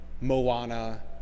Moana